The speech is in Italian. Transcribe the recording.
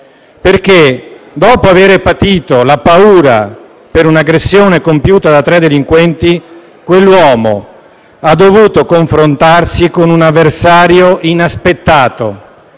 dopo aver patito la paura per un'aggressione compiuta da tre delinquenti, quell'uomo ha dovuto confrontarsi con un avversario inaspettato: